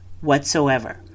whatsoever